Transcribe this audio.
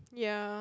ya